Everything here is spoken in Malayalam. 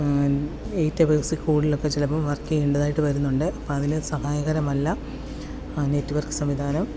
എയ്റ്റ് അവേഴ്സിൽ കൂടുതലൊക്കെ ചിലപ്പം വർക്ക് ചെയ്യേണ്ടതായിട്ട് വരുന്നുണ്ട് അപ്പം അതിന് സഹായകരമല്ല നെറ്റ്വർക്ക് സംവിധാനം